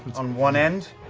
on one end,